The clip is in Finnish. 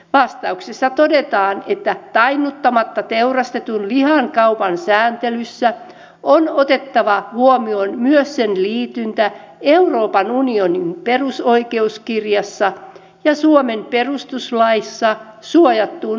vastauksessa todetaan että tainnuttamatta teurastetun lihan kaupan sääntelyssä on otettava huomioon myös sen liityntä euroopan unionin perusoikeuskirjassa ja suomen perustuslaissa suojattuun uskonnonvapauteen